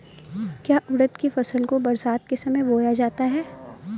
क्या उड़द की फसल को बरसात के समय बोया जाता है?